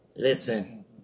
Listen